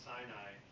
Sinai